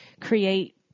create